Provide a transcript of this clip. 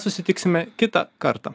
susitiksime kitą kartą